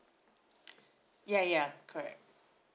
ya ya correct